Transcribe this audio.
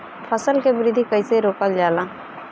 फसल के वृद्धि कइसे रोकल जाला?